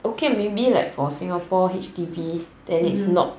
okay maybe like for singapore H_D_B then it's not